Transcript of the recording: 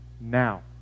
now